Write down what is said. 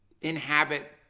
inhabit